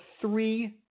three